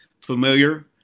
familiar